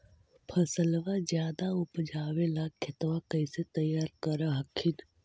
फसलबा ज्यादा उपजाबे ला खेतबा कैसे तैयार कर हखिन?